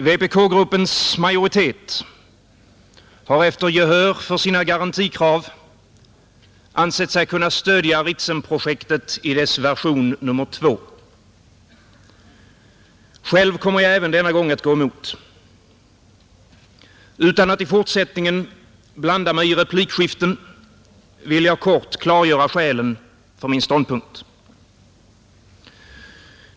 Vpk-gruppens majoritet har efter gehör för sina garantikrav ansett sig kunna stödja Ritsemprojektet i dess version nr 2. Själv kommer jag även denna gång att gå emot. Utan att i fortsättningen blanda mig i replikskiften vill jag kort klargöra skälen för min ståndpunkt.